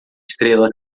estrela